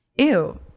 ew